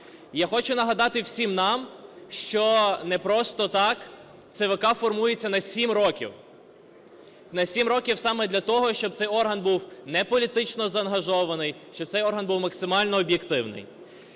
Я хочу нагадати всім нам, що не просто так ЦВК формується на 7 років. На 7 років саме для того, щоб цей орган був не політично заангажований, щоб цей орган був максимально об'єктивний.